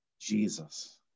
Jesus